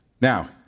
Now